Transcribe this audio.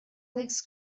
legs